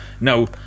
Now